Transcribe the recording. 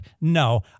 No